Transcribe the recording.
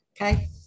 okay